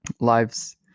lives